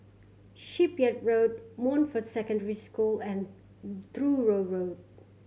Shipyard Road Montfort Secondary School and Truro Road